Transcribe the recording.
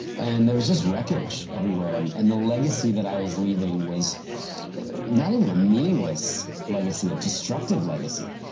and there was just wreckage everywhere and and the legacy that i was leaving was not even a meaningless legacy, a destructive legacy.